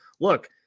Look